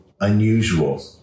unusual